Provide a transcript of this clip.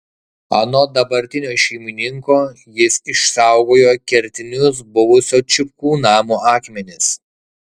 anot dabartinio šeimininko jis išsaugojo kertinius buvusio čipkų namo akmenis